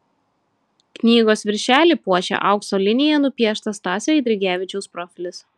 knygos viršelį puošia aukso linija nupieštas stasio eidrigevičiaus profilis